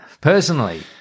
personally